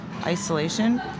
isolation